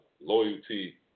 loyalty